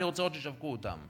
אני רוצה לראות שישווקו אותן.